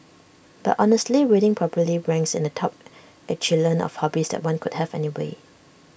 but honestly reading probably ranks in the top echelon of hobbies that one could have anyway